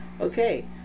Okay